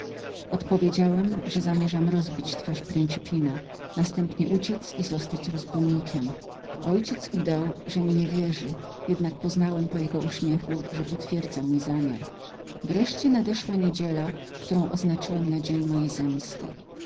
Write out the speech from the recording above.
odpowiedziałem że zamierzyłem naznaczyć twarz principina następnie uciec i zostać rozbójnikiem mój ojciec udał że mi nie wierzy jednak poznałem po jego uśmiechu że potwierdzał mój zamiar wreszcie nadeszła niedziela którą oznaczyłem na dzień mojej zemsty gdy